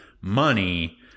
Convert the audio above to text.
money